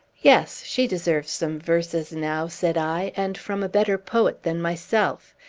yes she deserves some verses now, said i, and from a better poet than myself.